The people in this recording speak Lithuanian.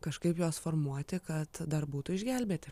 kažkaip juos formuoti kad dar būtų išgelbėti